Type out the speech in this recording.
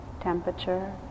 temperature